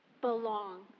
belong